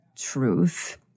Truth